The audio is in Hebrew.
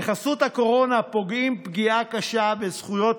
בחסות הקורונה פוגעים פגיעה קשה בזכויות